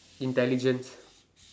intelligence